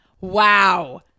wow